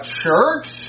church